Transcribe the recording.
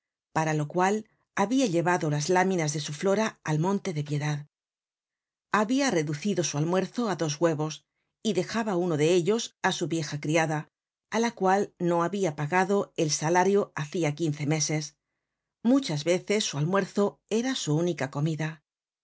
para lo cual habia llevado las láminas de su flora al monte de piedad habia reducido su almuerzo á dos huevos y dejaba uno de ellos á su vieja criada á la cual no habia pagado el salario hacia quince meses muchas veces su almuerzo era su única comida